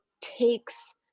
takes